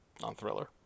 Non-thriller